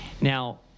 Now